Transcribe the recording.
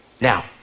Now